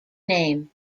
name